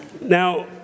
Now